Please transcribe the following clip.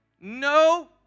No